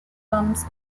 comes